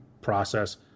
process